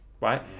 right